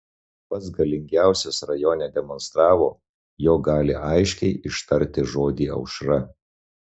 pats galingiausias rajone demonstravo jog gali aiškiai ištarti žodį aušra